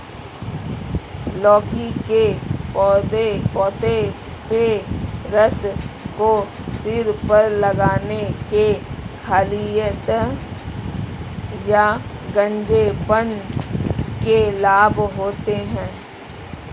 लौकी के पत्ते के रस को सिर पर लगाने से खालित्य या गंजेपन में लाभ होता है